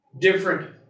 different